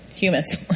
humans